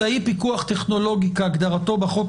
בפיקוח טכנולוגי של אדם שנכנס לישראל), התשפ"א